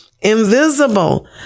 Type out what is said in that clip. invisible